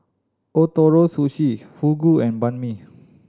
Ootoro Sushi Fugu and Banh Mi